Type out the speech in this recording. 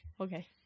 Okay